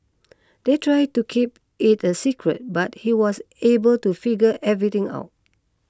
they tried to keep it a secret but he was able to figure everything out